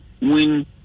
win